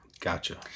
Gotcha